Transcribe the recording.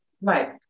Right